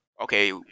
okay